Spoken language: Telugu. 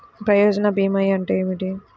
ప్రయోజన భీమా అంటే ఏమిటి?